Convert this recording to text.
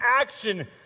action